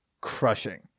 crushing